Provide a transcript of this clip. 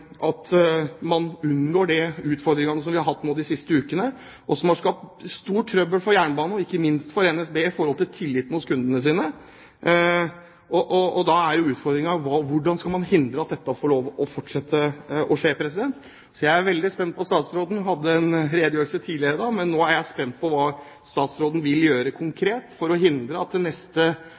situasjonen man er oppe i, slik at man unngår de utfordringene man har hatt de siste ukene, og som har skapt mye trøbbel for jernbanen og ikke minst for NSB i forhold til tilliten hos kundene sine. Utfordringen er hvordan man skal hindre at dette får fortsette. Statsråden hadde en redegjørelse tidligere i dag, men jeg er spent på hva statsråden nå konkret vil gjøre for at